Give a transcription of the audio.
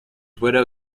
widow